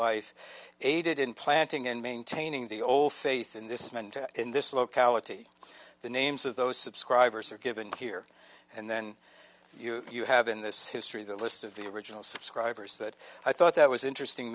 life aided in planting and maintaining the old faith in this man and in this locality the names of those subscribers are given here and then you you have in this history the list of the original subscribers that i thought that was interesting